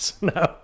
no